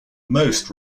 most